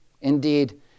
Indeed